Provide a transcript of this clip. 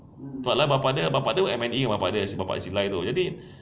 tak lah bapak dia bapak dia M_N_E bapak dia sebab si lye tu jadi